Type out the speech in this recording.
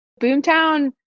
Boomtown